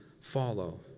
follow